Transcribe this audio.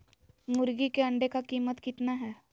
मुर्गी के अंडे का कीमत कितना है?